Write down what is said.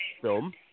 film